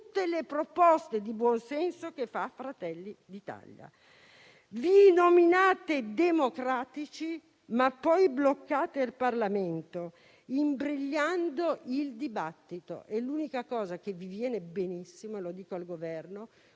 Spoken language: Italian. tutte le proposte di buon senso avanzate da Fratelli d'Italia. Vi definite democratici, ma poi bloccate il Parlamento, imbrigliando il dibattito, e l'unica cosa che vi viene benissimo - mi rivolgo al Governo